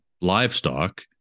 livestock